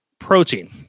Protein